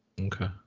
Okay